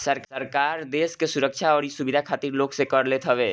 सरकार देस के सुरक्षा अउरी सुविधा खातिर लोग से कर लेत हवे